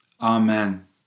amen